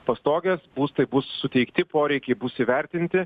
pastogės būstai bus suteikti poreikiai bus įvertinti